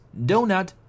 donut